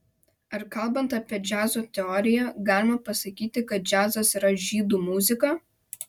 ar kalbant apie džiazo teoriją galima pasakyti kad džiazas yra žydų muzika